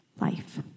life